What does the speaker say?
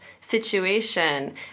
situation